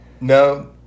No